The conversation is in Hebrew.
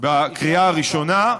בקריאה הראשונה,